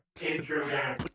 Intruder